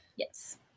Yes